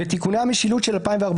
ותיקוני המשילות של 2014,